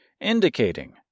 indicating